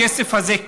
הכסף הזה,